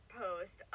post